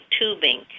tubing